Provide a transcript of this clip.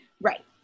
Right